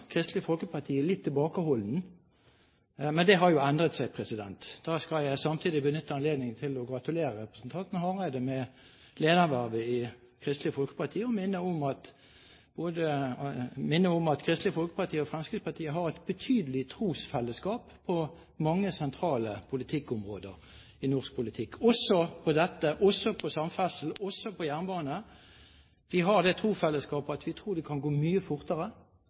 Kristelig Folkeparti litt tilbakeholdne. Men det har jo endret seg. Da skal jeg samtidig benytte anledningen til å gratulere representanten Hareide med ledervervet i Kristelig Folkeparti, og minne om at Kristelig Folkeparti og Fremskrittspartiet har et betydelig trosfellesskap på mange sentrale områder i norsk politikk, også på dette, også på samferdsel og på jernbane. Vi har det trosfellesskapet at vi tror det kan gå mye fortere.